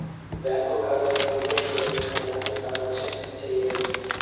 bank ఖాతాని open చెయ్యకుండా ఎలాంటి ట్రాన్సాక్షన్స్ ని చెయ్యలేము